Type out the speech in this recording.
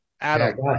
Adam